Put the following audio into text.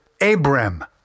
Abram